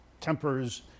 tempers